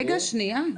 רגע שנייה,